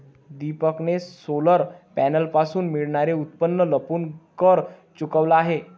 दीपकने सोलर पॅनलपासून मिळणारे उत्पन्न लपवून कर चुकवला आहे